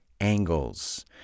angles